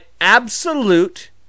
absolute